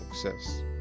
success